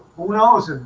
who knows,